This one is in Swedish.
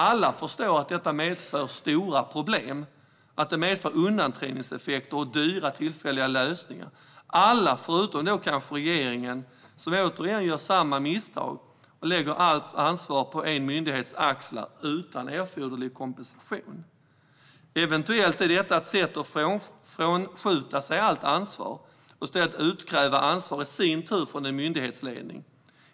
Alla förstår att detta medför stora problem, undanträngningseffekter och dyra tillfälliga lösningar - alla utom kanske regeringen, som återigen gör samma misstag och lägger allt ansvar på en myndighets axlar, utan erforderlig kompensation. Eventuellt är detta ett sätt att frånskjuta sig allt ansvar och i stället i sin tur utkräva ansvar från en myndighetsledning.